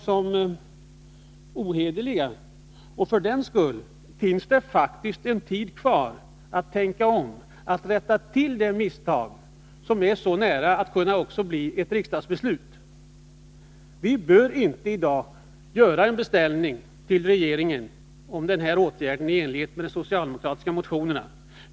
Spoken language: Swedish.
Jag vill för den skull påpeka att det faktiskt finns tid kvar att tänka om, att rätta till det misstag som nu är mycket nära att leda till ett riksdagsbeslut. Vi bör inte i dag göra en beställning till regeringen om åtgärder i enlighet med de socialdemokratiska motionerna.